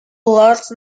large